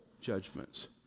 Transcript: judgments